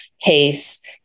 case